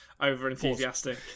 over-enthusiastic